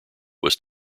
was